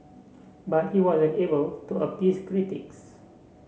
but he wasn't able to appease critics